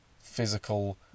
physical